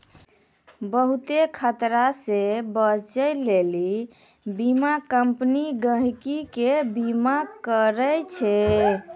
बहुते खतरा से बचै लेली बीमा कम्पनी गहकि के बीमा करै छै